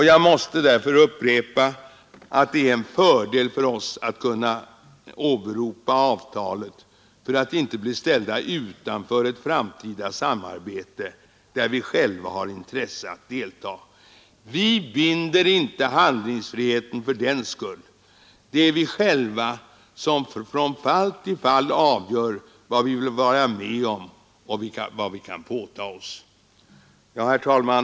Jag måste därför upprepa att det är en fördel för oss att kunna åberopa avtalet för att vi inte skall bli ställda utanför ett framtida samarbete, där vi själva har intresse att delta. Vi binder inte vår handlingsfrihet fördenskull. Det är vi själva som från fall till fall avgör vad vi vill vara med om och vad vi kan påta oss. Herr talman!